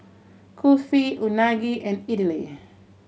Kulfi Unagi and Idili